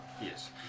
Yes